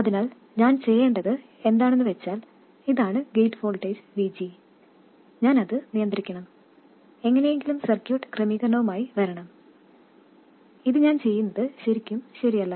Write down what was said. അതിനാൽ ഞാൻ ചെയ്യേണ്ടത് എന്താണെന്നുവെച്ചാൽ ഇതാണ് ഗേറ്റ് വോൾട്ടേജ് VG ഞാൻ അത് നിയന്ത്രിക്കണം എങ്ങനെയെങ്കിലും സർക്യൂട്ട് ക്രമീകരണവുമായി വരണം ഇത് ഞാൻ ചെയ്യുന്നത് ശരിക്കും ശരിയല്ല